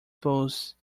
pulse